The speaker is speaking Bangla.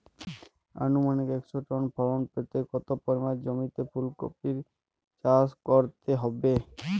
আনুমানিক একশো টন ফলন পেতে কত পরিমাণ জমিতে ফুলকপির চাষ করতে হবে?